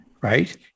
Right